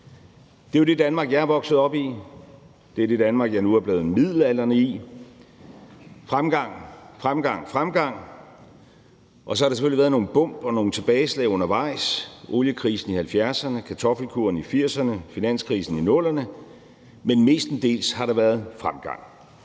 Det er jo det Danmark, jeg er vokset op i, og det Danmark, jeg nu er blevet midaldrende i: fremgang, fremgang. Så har der selvfølgelig været nogle bump og nogle tilbageslag undervejs: oliekrisen i 1970'erne, kartoffelkuren i 1980'erne, finanskrisen i 00'erne. Men mestendels har der været fremgang